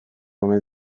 omen